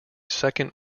second